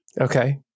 Okay